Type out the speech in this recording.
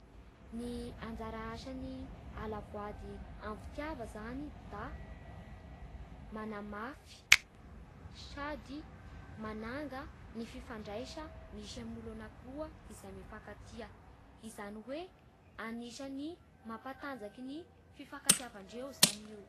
Ny anjara asa ny ala-voady amin'ny fitiava zany da manamafy sady mananga ny fifandraisa amin'ny olo anakiroa izay mifankatia, zany hoe anisan'ny mampatanjaky ny fifankatiavandreo zany io